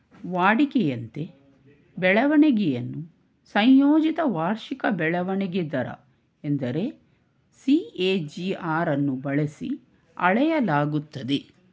ವಾಡಿಕೆಯಂತೆ ಬೆಳವಣಿಗೆಯನ್ನು ಸಂಯೋಜಿತ ವಾರ್ಷಿಕ ಬೆಳವಣಿಗೆ ದರ ಎಂದರೆ ಸಿ ಎ ಜಿ ಆರ್ ಅನ್ನು ಬಳಸಿ ಅಳೆಯಲಾಗುತ್ತದೆ